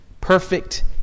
perfect